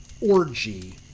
orgy